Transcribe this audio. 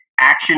action